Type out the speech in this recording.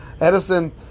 edison